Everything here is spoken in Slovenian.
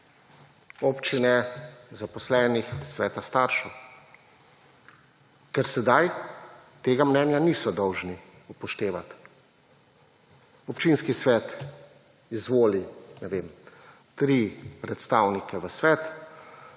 Občine, zaposlenih, sveta staršev. Ker sedaj tega mnenja niso dolžni upoštevat. Občinski svet izvoli, ne vem, 3 predstavnike v svet,